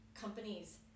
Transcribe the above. companies